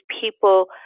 people